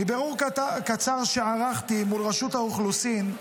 מבירור קצר שערכתי מול רשות האוכלוסין,